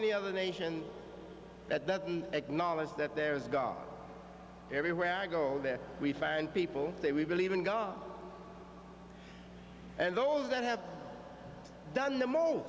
any other nation that doesn't acknowledge that there is god everywhere i go there we find people say we believe in god and those that have done the mo